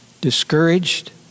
discouraged